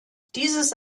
dieses